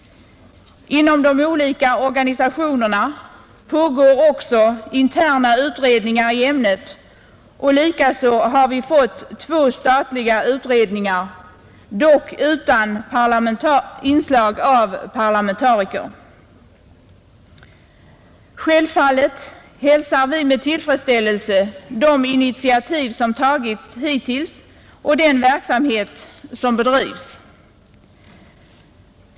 Inom de olika organisationerna pågår också interna utredningar i ämnet, och likaså har vi fått två statliga utredningar, dock utan inslag av parlamentariker. Självfallet hälsar vi med tillfredsställelse de initiativ som tagits hittills och den verksamhet som bedrives.